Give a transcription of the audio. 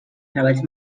treballs